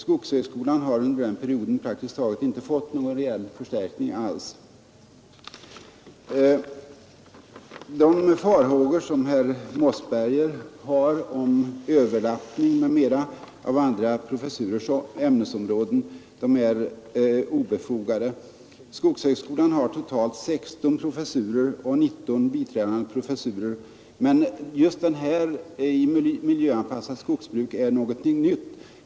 Skogshögskolan har under denna tid praktiskt taget inte fått någon reell förstärkning alls. Dessutom måste det ha undgått de ansvarigas uppmärksamhet hur viktig den här tjänsten är. De farhågor som herr Mossberger har för bl.a. överlappning av andra professurers ämnesområden är obefogade. Skogshögskolan har totalt 16 professurer och 19 biträdande professurer, men just arbetet med miljöanpassat skogsbruk är något nytt.